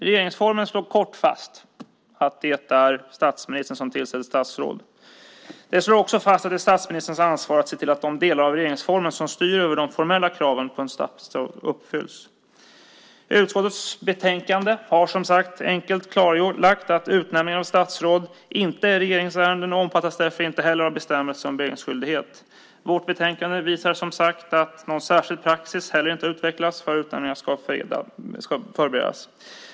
Regeringsformen slår kort fast att det är statsministern som tillsätter statsråd. Den slår också fast att det är statsministerns ansvar att se till att de delar av regeringsformen som styr över de formella kraven på statsråd uppfylls. Utskottets betänkande har som sagt enkelt klarlagt att utnämning av statsråd inte är regeringsärenden och därför inte heller omfattas av bestämmelsen om beredningsskyldighet. Vårt betänkande visar som sagt att någon särskild praxis inte heller har utvecklats för hur utnämningar ska förberedas.